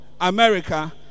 America